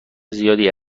زیادی